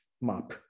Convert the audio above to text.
map